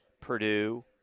Purdue